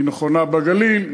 היא נכונה בגליל,